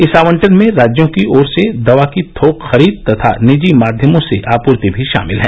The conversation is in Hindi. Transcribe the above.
इस आवंटन में राज्यों की ओर से दवा की थोक खरीद तथा निजी माध्यमों से आपूर्ति भी शामिल है